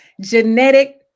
Genetic